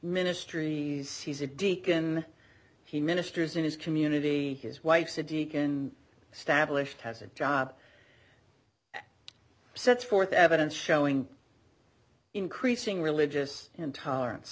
ministry deacon he ministers in his community his wife's a deacon stablished has a job sets forth evidence showing increasing religious intolerance